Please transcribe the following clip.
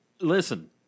listen